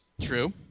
True